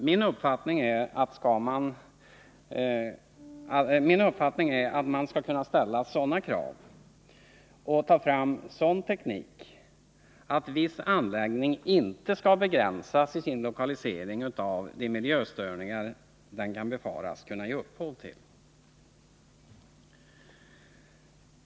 Min uppfattning är att man skall kunna ställa sådana krav och ta fram sådan teknik att viss anläggning inte skall begränsas i sin lokalisering av de miljöstörningar den befaras kunna ge upphov till.